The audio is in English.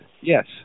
Yes